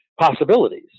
possibilities